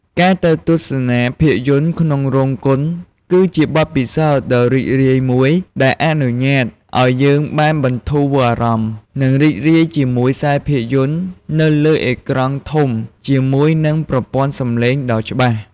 ការទៅទស្សនាភាពយន្តក្នុងរោងកុន គឺជាបទពិសោធន៍ដ៏រីករាយមួយ ដែលអនុញ្ញាតឲ្យយើងបានបន្ធូរអារម្មណ៍ និងរីករាយជាមួយខ្សែភាពយន្តនៅលើអេក្រង់ធំជាមួយនឹងប្រព័ន្ធសំឡេងដ៏ច្បាស់។